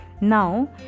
Now